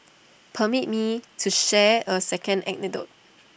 permit me to share A second anecdote